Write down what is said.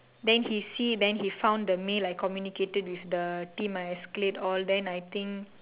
then he see then he found the mail I communicated with the team I escalate all then I think